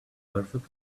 perfect